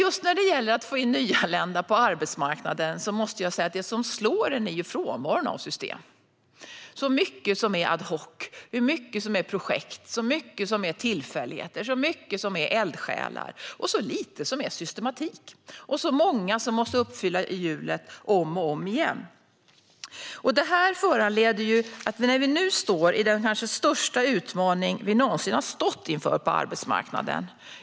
Men när det gäller att få in nyanlända på arbetsmarknaden slås man av frånvaron av system och hur mycket som är ad hoc, projekt, tillfälligheter och eldsjälar och hur lite som är systematik och hur många som måste uppfinna hjulet om och om igen. Vi står inför den kanske största utmaning som vi någonsin har stått inför på arbetsmarknaden.